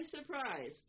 surprise